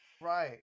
right